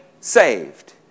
saved